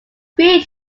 three